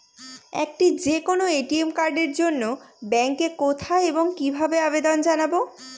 একটি যে কোনো এ.টি.এম কার্ডের জন্য ব্যাংকে কোথায় এবং কিভাবে আবেদন জানাব?